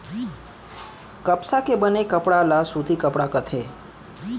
कपसा के बने कपड़ा ल सूती कपड़ा कथें